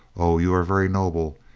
oh, you are very noble!